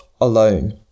alone